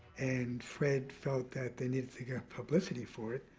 and fred felt that they needed to get publicity for it,